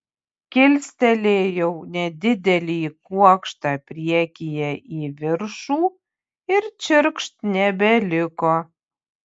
kilstelėjau nedidelį kuokštą priekyje į viršų ir čirkšt nebeliko